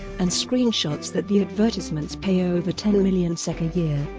and screenshots that the advertisements pay over ten million sek a year,